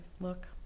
look